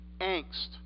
angst